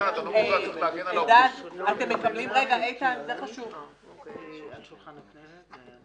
ההנהלה מקבלת את הדוח של יועץ